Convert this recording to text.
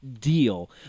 deal